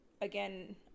again